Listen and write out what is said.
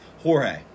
Jorge